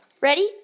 Ready